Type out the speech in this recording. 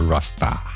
Rasta